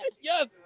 Yes